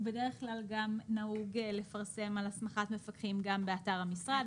בדרך כלל גם נהוג לפרסם על הסמכת מפקחים באתר המשרד.